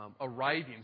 arriving